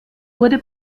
wurde